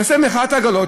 נעשה מחאת עגלות,